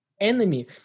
Enemy